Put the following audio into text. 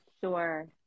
Sure